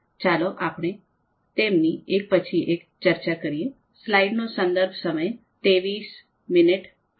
ચાલો આપણે તેમની એક પછી એક ચર્ચા કરીએ